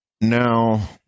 Now